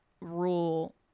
rule